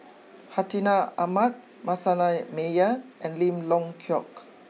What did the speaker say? Hartinah Ahmad Manasseh Meyer and Lim Leong Geok